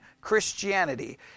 Christianity